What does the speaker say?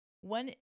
One